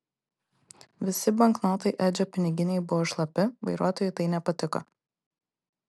visi banknotai edžio piniginėje buvo šlapi vairuotojui tai nepatiko